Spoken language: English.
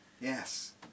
Yes